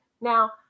Now